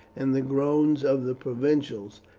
and the groans of the provincials,